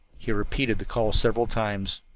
he repeated the call several times.